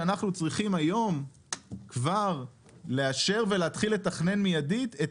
שאנחנו צריכים היום כבר לאשר ולהתחיל לתכנן מיידית את